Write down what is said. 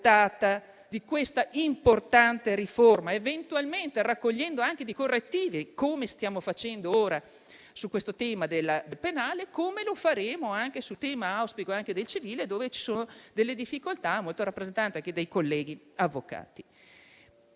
di questa importante riforma, eventualmente raccogliendo anche correttivi, come stiamo facendo ora su questo tema penale e come mi auguro faremo anche in campo civile, in cui ci sono difficoltà molto rappresentate che dai colleghi avvocati.